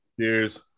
cheers